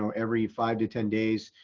um every five to ten days,